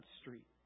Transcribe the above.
Street